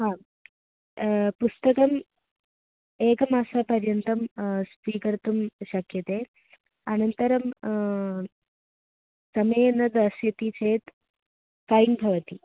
हा पुस्तकम् एकमासपर्यन्तं स्वीकर्तुं शक्यते अनन्तरं समये न दास्यति चेत् फ़ैन् भवति